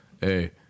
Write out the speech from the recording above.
Hey